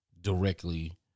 directly